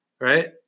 Right